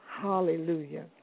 Hallelujah